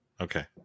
Okay